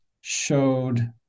showed